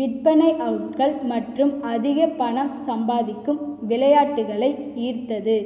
விற்பனை அவுட்கள் மற்றும் அதிக பணம் சம்பாதிக்கும் விளையாட்டுகளை ஈர்த்தது